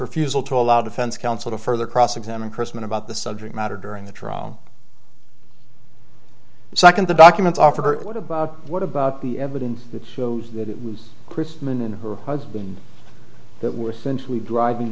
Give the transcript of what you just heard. refusal to allow defense counsel to further cross examine chrisman about the subject matter during the trial second the documents offered her what about what about the evidence that shows that it was christman and her husband that were simply driving